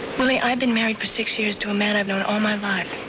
willie, i've been married for six years to a man i've known all my life.